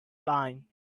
line